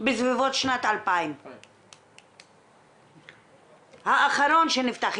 בסביבות שנת 2000. האחרון שנפתח.